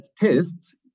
tests